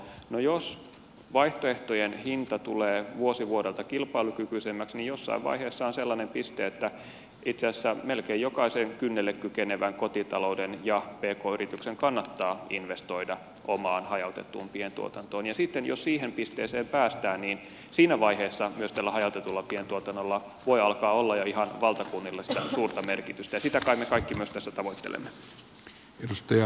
no jos vaihtoehtojen hinta tulee vuosi vuodelta kilpailukykyisemmäksi niin jossain vaiheessa on sellainen piste että itse asiassa melkein jokaisen kynnelle kykenevän kotitalouden ja pk yrityksen kannattaa investoida omaan hajautettuun pientuotantoon ja sitten jos siihen pisteeseen päästään niin siinä vaiheessa myös tällä hajautetulla pientuotannolla voi alkaa olla jo ihan valtakunnallisesti suurta merkitystä ja sitä kai me kaikki myös tässä tavoittelemme